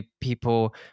people